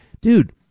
Dude